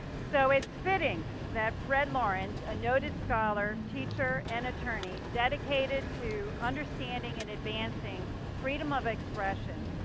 so it's fitting that fred lawrence, a noted scholar teacher and attorney dedicated to understanding and advancing freedom of expression,